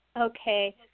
Okay